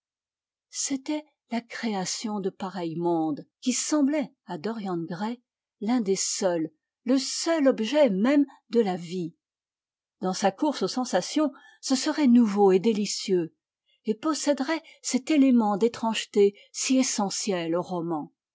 c'était la création de pareils mondes qui semblait à dorian gray l'un des seuls le seul objet même de la vie dans sa course aux sensations ce serait nouveau et délicieux et posséderait cet élément d'étrangeté si essentiel au roman